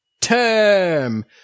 term